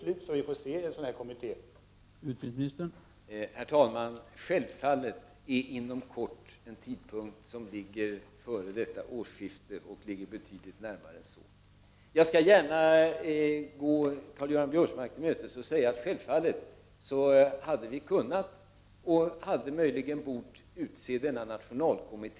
Får vi se en sådan här kommitté före årets slut?